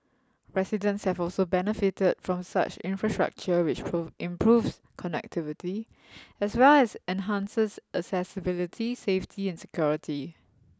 residents have also benefited from such infrastructure which improves connectivity as well as enhances accessibility safety and security